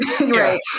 right